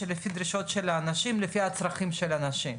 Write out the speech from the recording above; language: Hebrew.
לפי דרישות של האנשים ולפי הצרכים של אנשים.